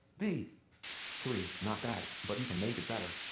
b three. not bad, but you can make it better.